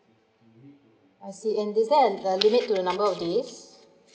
I see and is there a a limit to the number of this